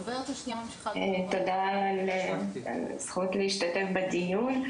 תודה על הזכות להשתתף בדיון.